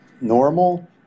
normal